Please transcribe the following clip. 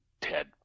Ted